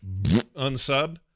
unsub